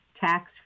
tax